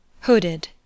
hooded